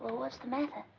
what's the matter?